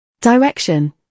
Direction